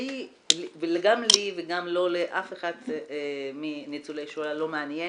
וגם לי וגם לא לאף אחד מניצולי השואה לא מעניין